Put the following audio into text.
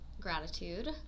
gratitude